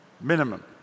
minimum